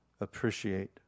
appreciate